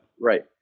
right